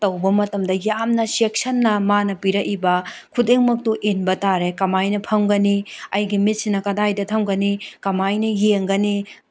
ꯇꯧꯕ ꯃꯇꯝꯗ ꯌꯥꯝꯅ ꯆꯦꯛꯁꯤꯟꯅ ꯃꯥꯅ ꯄꯤꯔꯛꯏꯕ ꯈꯨꯗꯤꯡꯃꯛꯇꯣ ꯏꯟꯕ ꯇꯥꯔꯦ ꯀꯃꯥꯏꯅ ꯐꯝꯒꯅꯤ ꯑꯩꯒꯤ ꯃꯤꯠꯁꯤꯅ ꯀꯗꯥꯏꯗ ꯊꯝꯒꯅꯤ ꯀꯃꯥꯏꯅ ꯌꯦꯡꯒꯅꯤ